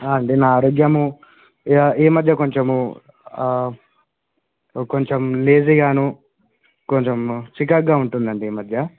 అండి నా ఆరోగ్యము ఈ ఈ మధ్య కొంచెము కొంచెం లేజీగాను కొంచెం చికాగ్గా ఉంటుందండి ఈ మధ్య